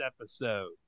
episode